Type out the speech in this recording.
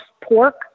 pork